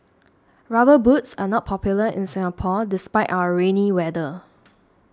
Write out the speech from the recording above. rubber boots are not popular in Singapore despite our rainy weather